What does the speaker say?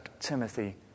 Timothy